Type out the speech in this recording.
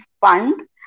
fund